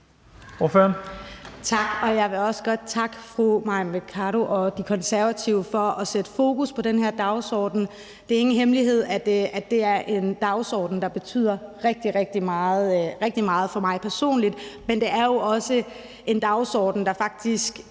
Tak. Og jeg vil også godt takke fru Mai Mercado og De Konservative for at sætte fokus på den her dagsorden. Det er ingen hemmelighed, at det er en dagsorden, der betyder rigtig, rigtig meget for mig personligt, men det er jo også en dagsorden, der faktisk